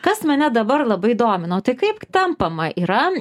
kas mane dabar labai domino tai kaip tampama yra